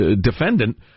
defendant